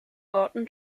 orten